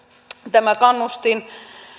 tämä kannustin